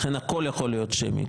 לכן הכול יכול להיות שמי.